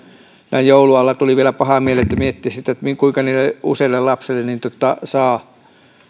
näin joulun alla tuli vielä paha mieli kun mietti sitä kuinka niille useille lapsille saa